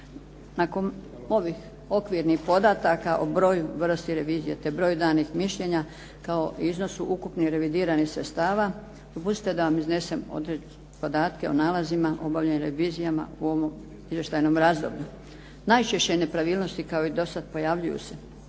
Nakon ovih okvirnih podataka o broju, vrsti revizije te broju danih mišljenja kao iznosu ukupnih revidiranih sredstava dopustite mi da vam odnesem podatke o nalazima obavljenih revizija u ovom izvještajnom razdoblju. Najčešće nepravilnosti kao i do sada pojavljuju se